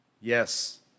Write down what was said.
yes